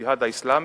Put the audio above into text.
"הג'יהאד האסלאמי",